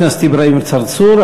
חבר הכנסת אברהים צרצור,